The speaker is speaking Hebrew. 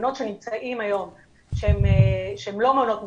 שנמצאים היום שהם לא מעונות ממשלתיים,